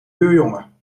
buurjongen